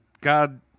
God